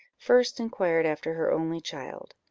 first inquired after her only child.